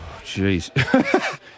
Jeez